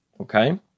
okay